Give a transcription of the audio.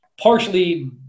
partially